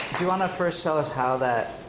do you wanna first tell us how that,